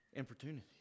opportunity